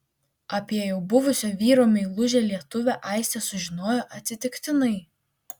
apie jau buvusio vyro meilužę lietuvę aistė sužinojo atsitiktinai